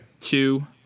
two